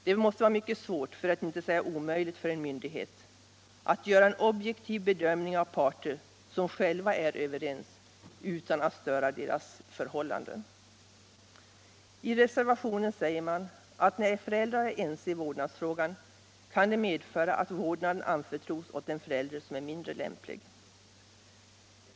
Det måste vara mycket svårt för att inte säga omöjligt för en myndighet att göra en objektiv bedömning av parter som själva är överens utan att störa deras inbördes förhållanden. I reservationen säger man att när föräldrar är ense i vårdnadsfrågan kan det medföra att vårdnaden anförtros åt den förälder som är mindre lämplig.